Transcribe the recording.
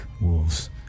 wolves